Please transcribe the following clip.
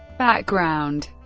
background